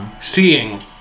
seeing